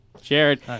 Jared